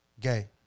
gay